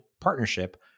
partnership